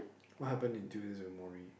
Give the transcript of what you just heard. what happen in Tuesdays with Morrie